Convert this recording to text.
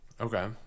Okay